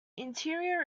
interior